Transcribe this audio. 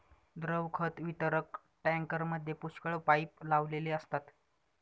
द्रव खत वितरक टँकरमध्ये पुष्कळ पाइप लावलेले असतात